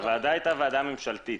הוועדה הייתה ועדה ממשלתית.